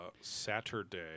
Saturday